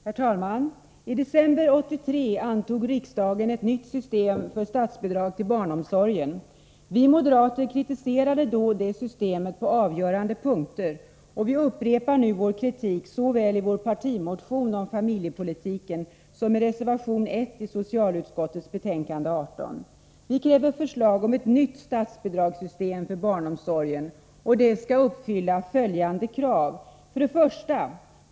Herr talman! I december 1983 antog riksdagen ett nytt system för statsbidrag till barnomsorgen. Vi moderater kritiserade då det systemet på avgörande punkter, och vi upprepar nu vår kritik såväl i vår partimotion om familjepolitiken som i reservation 1 i socialutskottets betänkande 18. Vi kräver förslag om ett nytt statsbidragssystem för barnomsorgen, och det skall uppfylla följande krav: 1.